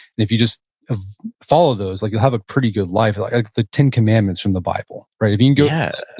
and if you just follow those, like you'll have a pretty good life, like the ten commandments from the bible. if you can go yeah,